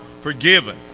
forgiven